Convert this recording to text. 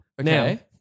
Okay